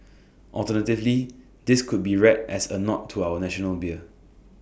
alternatively this could be read as A nod to our national beer